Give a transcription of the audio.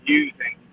using